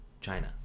China